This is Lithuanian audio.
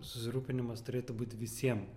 susirūpinimas turėtų būt visiem